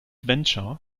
venture